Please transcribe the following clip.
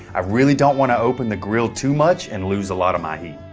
i really don't want to open the grill too much and lose a lot of my heat.